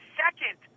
second